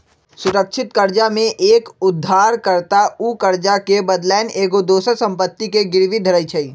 सुरक्षित करजा में एक उद्धार कर्ता उ करजा के बदलैन एगो दोसर संपत्ति के गिरवी धरइ छइ